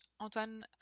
Antoine